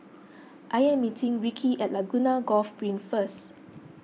I am meeting Ricki at Laguna Golf Green First